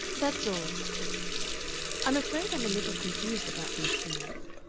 that's all, she said i'm afraid i'm a little confused about these things.